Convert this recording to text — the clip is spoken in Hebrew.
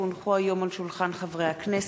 כי הונחו היום על שולחן הכנסת,